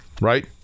Right